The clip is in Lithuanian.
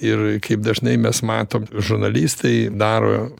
ir kaip dažnai mes matom žurnalistai daro